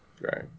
Right